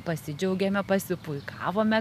pasidžiaugėme pasipuikavome